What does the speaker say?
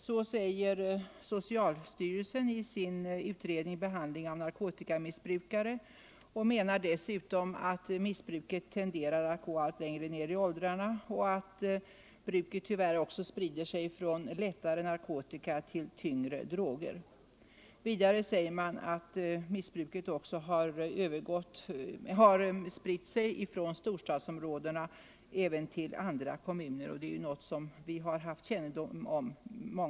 Så säger socialstyrelsen i sin bok Behandling av narkotikamissbrukare och menar dessutom att missbruket Nr 129 tenderar att gå allt längre ned i åldrarna samt att bruket tyvärr också Onsdagen den sprider sig från lättare narkotika till tyngre droger. Vidare säger man 27 november 1974 att missbruket också har spritt sig från storstadsområdena till andra kommuner, och det är ju något som många av oss haft kännedom om.